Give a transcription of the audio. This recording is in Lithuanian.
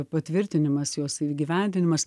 patvirtinimas jos įgyvendinimas